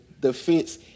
defense